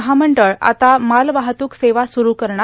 महामंडळ आता मालवाहतूक सेवा स्रुरू करणार